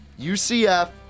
UCF